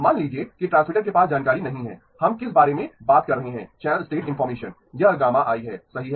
मान लीजिए कि ट्रांसमीटर के पास जानकारी नहीं है हम किस बारे में बात कर रहे हैं चैनल स्टेट इनफार्मेशन यह γi है सही है